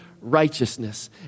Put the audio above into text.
righteousness